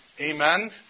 Amen